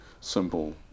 simple